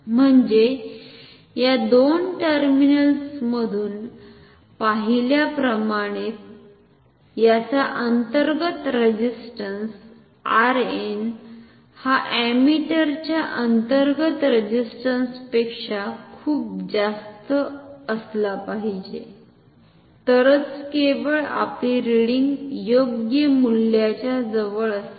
म्हणजे या दोन टर्मिनल्समधून पाहिल्याप्रमाणे याचा अंतर्गत रेझिस्ट्न्स Rn हा अमीटर च्या अंतर्गत रेझिस्ट्न्स पेक्षा खुप जास्त असला पाहिजे तरच केवळ आपली रिडिंग योग्य मूल्याच्या जवळ असेल